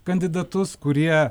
kandidatus kurie